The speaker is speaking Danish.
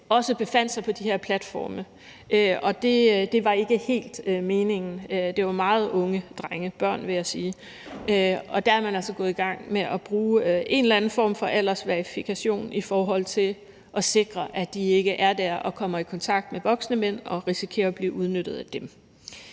også befandt sig på de her platforme. Det var ikke helt meningen. Det var meget unge drenge – børn, vil jeg sige. Der er man altså gået i gang med at bruge en eller anden form for aldersverifikation for at sikre, at de ikke er der og kommer i kontakt med voksne mænd og risikerer at blive udnyttet af dem.